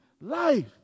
life